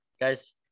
Guys